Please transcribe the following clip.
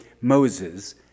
Moses